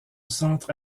centre